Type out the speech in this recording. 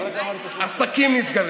עסקים נסגרים.